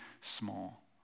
small